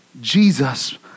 Jesus